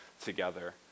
together